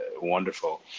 wonderful